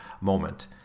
moment